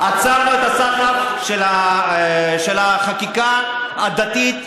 עצרנו את הסחף של החקיקה הדתית,